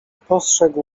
postrzegł